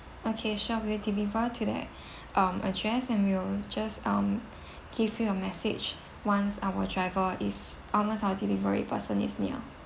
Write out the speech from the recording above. okay sure we will deliver to that um address and we'll just um give you a message once our driver is almost our delivery person is near